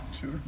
Sure